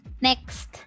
next